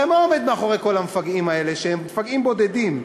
הרי מה עומד מאחורי כל המפגעים האלה שהם מפגעים בודדים?